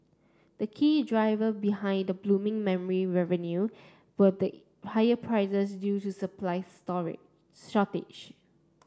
the key driver behind the blooming memory revenue were the higher prices due to supply story shortage